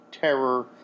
terror